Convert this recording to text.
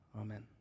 Amen